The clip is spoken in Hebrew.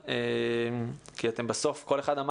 כל אחד אמר פה את משך